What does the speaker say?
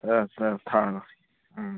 ꯐꯅꯌꯥꯝ ꯁꯥꯡꯅ ꯊꯥꯔ ꯂꯣꯏꯔꯦ ꯎꯝ